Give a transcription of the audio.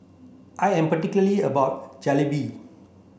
I am particular about Jalebi